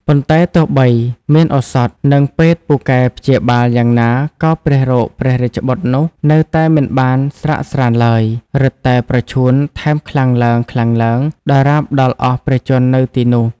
ប៉ុន្តែទោះបីមានឱសថ និងពេទ្យពូកែព្យាបាលយ៉ាងណាក៏ព្រះរោគព្រះរាជបុត្រនោះ នៅតែមិនបានស្រាកស្រាន្តឡើយ រឹតតែប្រឈួនថែមខ្លាំងឡើងៗ ដរាបដល់អស់ព្រះជន្មនៅទីនោះ ។